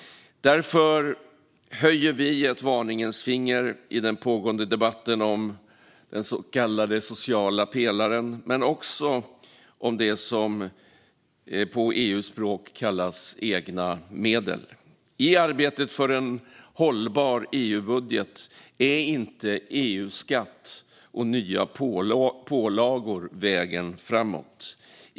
Därför höjer vi ett varningens finger i den pågående debatten om den så kallade sociala pelaren men också om det som på EU-språk kallas egna medel. I arbetet för en hållbar EU-budget är inte EU-skatt och nya pålagor vägen framåt.